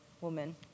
woman